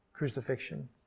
crucifixion